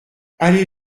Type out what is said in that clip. allez